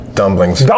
dumplings